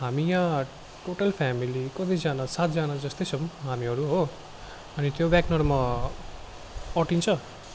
हामी यहाँ total family कतिजाना सातजाना जस्तै छौँ हामीहरू हो अनि त्यो वेगनरमा अटिन्छ